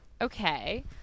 Okay